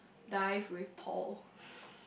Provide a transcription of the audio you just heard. dive with Paul